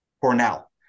Cornell